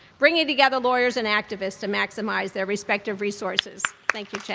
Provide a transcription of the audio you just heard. bringing together lawyers and activists to maximize their respective resources. thank you,